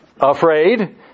afraid